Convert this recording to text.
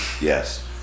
Yes